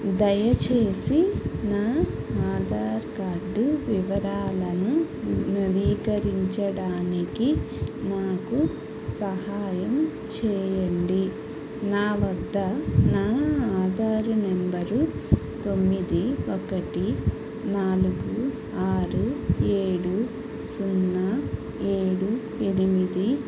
దయచేసి నా ఆధార్ కార్డు వివరాలను నవీకరించడానికి నాకు సహాయం చేయండి నా వద్ద నా ఆధారు నంబరు తొమ్మిది ఒకటి నాలుగు ఆరు ఏడు సున్నా ఏడు ఎనిమిది